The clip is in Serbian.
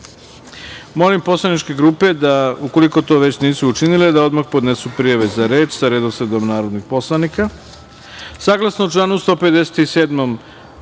poslaničke grupe, ukoliko to već nisu učinile, da odmah podnesu prijave za reč sa redosledom narodnih poslanika. Saglasno